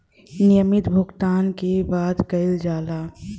नियमित भुगतान के बात कइल जाला